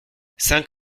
cinq